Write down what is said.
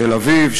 והן בתל-אביב,